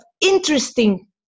interesting